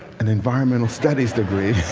an environmental studies degree.